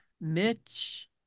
Mitch